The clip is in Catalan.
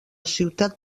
ciutat